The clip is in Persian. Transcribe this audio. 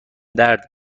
درد